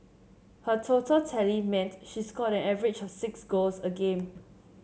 her total tally meant she scored an average of six goals a game